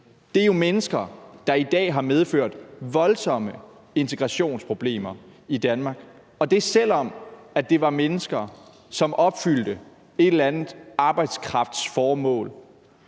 er jo mennesker, der i dag har medført voldsomme integrationsproblemer i Danmark, selv om det var mennesker, som opfyldte et eller andet arbejdskraftsformål